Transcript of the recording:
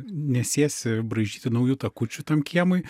nesėsi braižyti naujų takučių tam kiemui